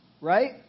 right